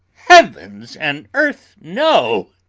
heavens and earth, no!